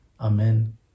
Amen